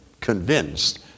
convinced